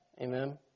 Amen